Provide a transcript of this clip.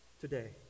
today